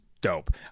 dope